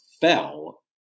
fell